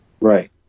Right